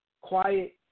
quiet